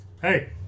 Hey